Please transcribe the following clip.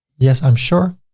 yes, i'm sure.